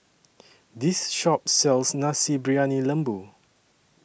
This Shop sells Nasi Briyani Lembu